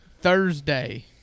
Thursday